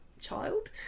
child